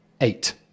eight